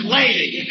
lady